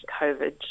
COVID